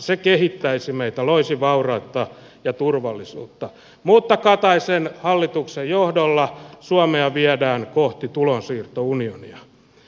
se kehittäisi meitä loisi vaurautta ja turvallisuutta mutta kataisen hallituksen johdolla suomea viedään kohti tulonsiirtounionia